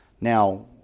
Now